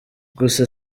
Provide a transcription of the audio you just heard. gusa